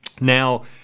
now